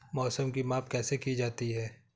मौसम की माप कैसे की जाती है?